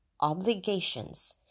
obligations